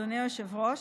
אדוני היושב-ראש,